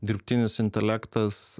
dirbtinis intelektas